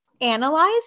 analyzed